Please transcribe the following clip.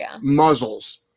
muzzles